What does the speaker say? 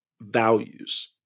values